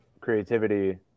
creativity